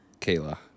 Kayla